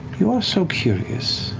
you are so curious.